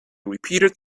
repeated